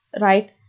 right